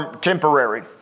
temporary